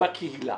בקהילה.